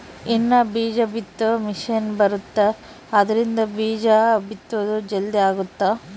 ಇನ್ನ ಬೀಜ ಬಿತ್ತೊ ಮಿಸೆನ್ ಬರುತ್ತ ಆದ್ರಿಂದ ಬೀಜ ಬಿತ್ತೊದು ಜಲ್ದೀ ಅಗುತ್ತ